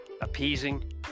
appeasing